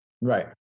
Right